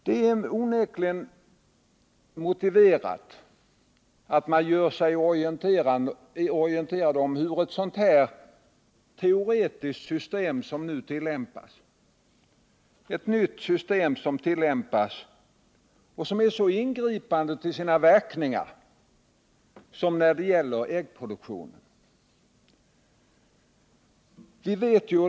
Det är onekligen motiverat att orientera sig om hur det här nya och ingripande teoretiska systemet beträffande äggproduktionen verkar.